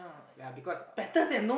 ya because